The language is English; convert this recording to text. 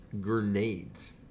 grenades